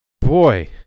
boy